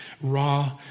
raw